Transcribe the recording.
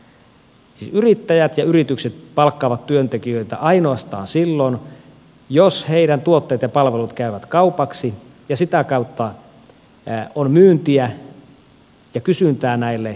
siis yrittäjät ja yritykset palkkaavat työntekijöitä ainoastaan silloin kun heidän tuotteensa ja palvelunsa käyvät kaupaksi ja sitä kautta on myyntiä ja kysyntää näille tuotteille